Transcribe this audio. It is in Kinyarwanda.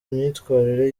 myitwarire